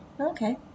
okay